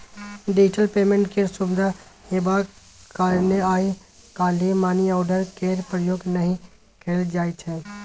digital payment केर सुविधा हेबाक कारणेँ आइ काल्हि मनीआर्डर केर प्रयोग नहि कयल जाइ छै